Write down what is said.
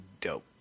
dope